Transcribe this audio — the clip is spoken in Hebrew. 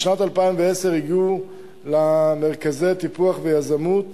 בשנת 2010 הגיעו למרכזי טיפוח ויזמות